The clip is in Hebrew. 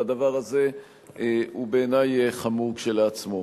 והדבר הזה הוא בעיני חמור כשלעצמו.